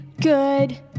good